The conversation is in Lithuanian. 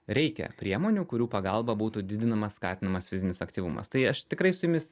reikia priemonių kurių pagalba būtų didinamas skatinamas fizinis aktyvumas tai aš tikrai su jumis